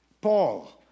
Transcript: Paul